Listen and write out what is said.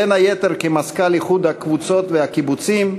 בין היתר כמזכ"ל איחוד הקבוצות והקיבוצים,